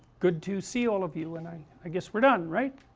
good to see all of you and i i guess we are done, right?